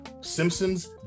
Simpsons